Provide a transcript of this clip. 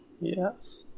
Yes